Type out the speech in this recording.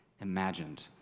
imagined